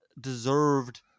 deserved